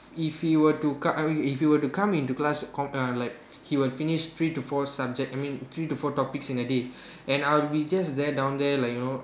if you were to come I mean if you would come into class con~ like he will finish three to four subject I mean three to four topics in a day and I would be just there down there like you know